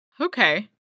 Okay